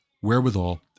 wherewithal